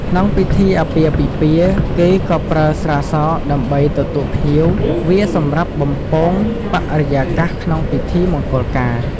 ក្នុងពិធីអាពាហ៍ពិពាហ៍ គេក៏ប្រើស្រាសដើម្បីទទួលភ្ញៀវ វាសម្រាប់បំពងបរិយាកាសក្នុងពិធីមង្គលការ។